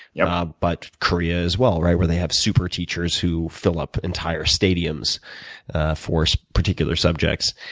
yeah ah but korea as well, right, where they have super teachers who fill up entire stadiums for so particular subjects.